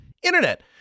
Internet